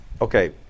okay